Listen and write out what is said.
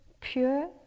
pure